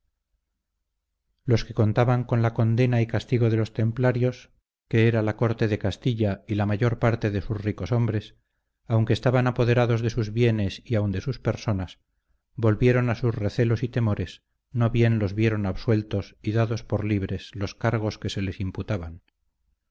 los que contaban con la condena y castigo de los templarios que era la corte de castilla y la mayor parte de sus ricos hombres aunque estaban apoderados de sus bienes y aun de sus personas volvieron a sus recelos y temores no bien los vieron absueltos y dados por libres los cargos que se les imputaban